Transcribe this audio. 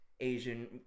Asian